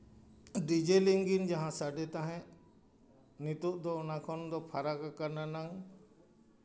diesel engine ᱡᱟᱦᱟᱸ ᱥᱟᱰᱮ ᱛᱟᱦᱮᱸᱫ ᱱᱤᱛᱚᱜ ᱫᱚ ᱚᱱᱟ ᱠᱷᱚᱱ ᱫᱚ ᱯᱷᱟᱨᱟᱠ ᱠᱟᱱᱟ ᱱᱟᱝ